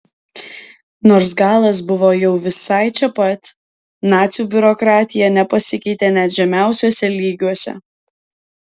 nors galas buvo jau visai čia pat nacių biurokratija nepasikeitė net žemiausiuose lygiuose